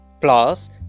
plus